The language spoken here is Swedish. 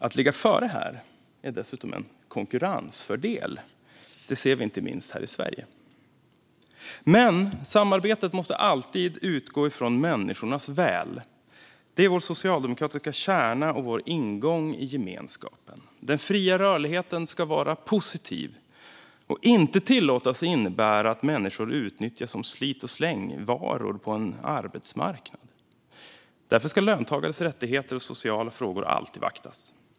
Att ligga före här är dessutom en konkurrensfördel; det ser vi inte minst här i Sverige. Men samarbetet måste alltid utgå från människornas väl; detta är vår socialdemokratiska kärna och vår ingång i gemenskapen. Den fria rörligheten ska vara positiv och inte tillåtas innebära att människor utnyttjas som slit-och-slängvaror på arbetsmarknaden. Därför ska löntagares rättigheter och sociala frågor alltid vaktas.